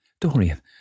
Dorian